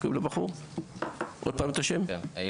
אני